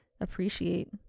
appreciate